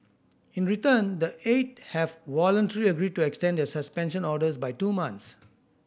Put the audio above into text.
in return the eight have voluntarily agreed to extend their suspension orders by two month